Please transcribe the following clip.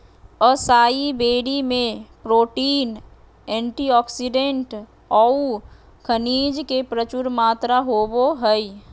असाई berry में protein, antioxidant औऊ खनिज के प्रचुर मात्रा होबो हइ